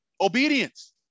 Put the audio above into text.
Obedience